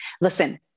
listen